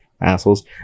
assholes